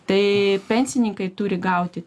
tai pensininkai turi gauti